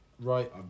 right